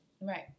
Right